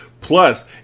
Plus